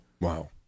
Wow